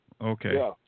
Okay